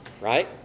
Right